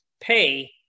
pay